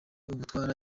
ugutwara